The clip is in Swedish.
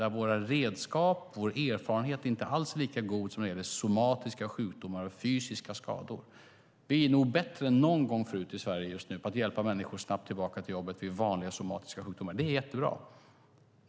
Där är våra redskap och våra erfarenheter inte alls lika goda som när det gäller somatiska sjukdomar och fysiska skador. Vi är nog bättre än någonsin tidigare i Sverige på att hjälpa människor snabbt tillbaka till jobbet vid vanliga somatiska sjukdomar. Det är jättebra.